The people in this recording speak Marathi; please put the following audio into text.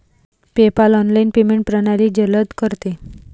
पेपाल ऑनलाइन पेमेंट प्रणाली जलद करते